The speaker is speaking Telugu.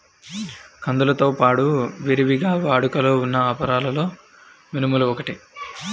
కందులతో పాడు విరివిగా వాడుకలో ఉన్న అపరాలలో మినుములు ఒకటి